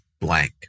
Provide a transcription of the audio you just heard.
blank